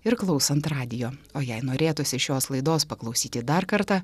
ir klausant radijo o jei norėtųsi šios laidos paklausyti dar kartą